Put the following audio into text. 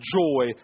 joy